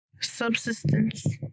subsistence